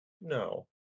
No